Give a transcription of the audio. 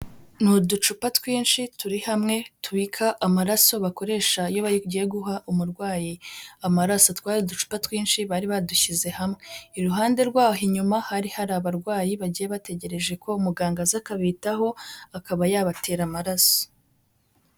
Ni uducupa twinshi turi hamwe tubika amaraso bakoresha iyo bagiye guha umurwayi amaraso, twari uducupa twinshi, bari badushyize hamwe. Iruhande rwaho inyuma, hari hari abarwayi bagiye bategereje ko muganga aza akabitaho, akaba yabatera amaraso.